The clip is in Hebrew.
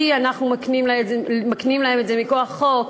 כי אנחנו מקנים להן את זה מכוח חוק,